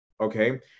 okay